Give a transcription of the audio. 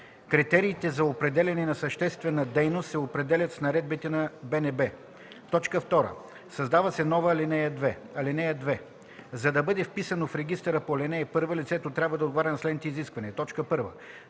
Критериите за определяне на съществена дейност се определят с наредба на БНБ.” 2. Създава се нова ал. 2: „(2) За да бъде вписано в регистъра по ал. 1, лицето трябва да отговаря на следните изисквания: 1.